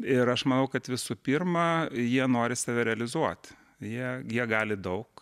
ir aš manau kad visų pirma jie nori save realizuoti jie jie gali daug